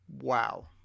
wow